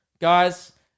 Guys